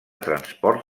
transport